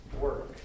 work